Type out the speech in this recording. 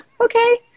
okay